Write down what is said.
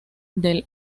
del